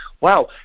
wow